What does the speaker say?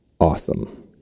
awesome